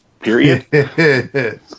Period